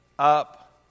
up